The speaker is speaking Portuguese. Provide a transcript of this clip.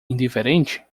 indiferente